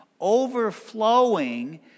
overflowing